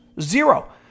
Zero